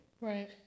Right